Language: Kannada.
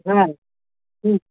ಹಾಂ ರೀ ಹ್ಞೂ